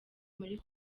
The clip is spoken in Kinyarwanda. muri